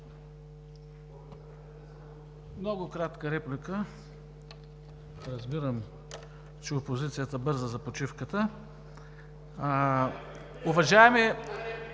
Много кратка реплика. Разбирам, че опозицията бърза за почивката. (Шум